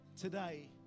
today